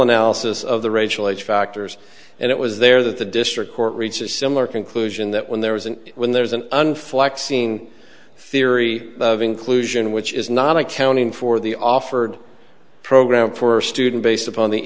analysis of the racial age factors and it was there that the district court reached a similar conclusion that when there was an when there is an unflattering scene theory of inclusion which is not accounting for the offered program for a student based upon the